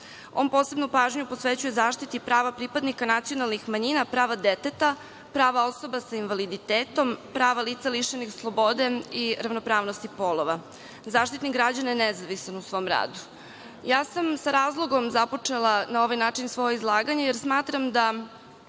On posebnu pažnju posvećuje zaštiti prava pripadnika nacionalnih manjina, prava deteta, prava osoba sa invaliditetom, prava lica lišenih slobode i ravnopravnosti polova. Zaštitnik građana je nezavistan u svom radu. Sa razlogom sam započela na ovaj način svoje izlaganje, jer smatram da